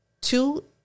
two